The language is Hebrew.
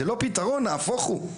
זה לא פתרון, נהפוך הוא.